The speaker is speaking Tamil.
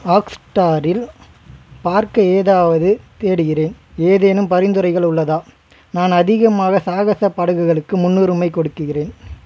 ஹாட்ஸ்டாரில் பார்க்க ஏதாவது தேடுகிறேன் ஏதேனும் பரிந்துரைகள் உள்ளதா நான் அதிகமாக சாகச படங்களுக்கு முன்னுரிமை கொடுக்கிகிறேன்